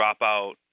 dropout